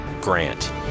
GRANT